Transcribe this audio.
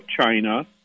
China